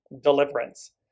deliverance